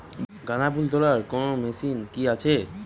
গাঁদাফুল তোলার কোন মেশিন কি আছে?